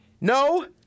No